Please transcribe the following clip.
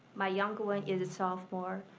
my younger one is a sophomore,